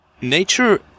nature